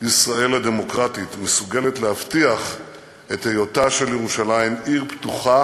ישראל הדמוקרטית מסוגלת להבטיח את היותה של ירושלים עיר פתוחה